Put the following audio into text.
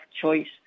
choice